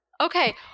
Okay